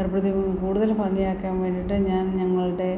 ഏർപ്പെടുത്തിയപ്പോൾ കൂടുതൽ ഭംഗിയാക്കാൻ വേണ്ടിയിട്ട് ഞാൻ ഞങ്ങളുടെ